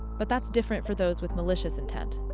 but that's different for those with malicious intent.